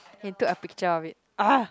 he took a picture of it !ugh!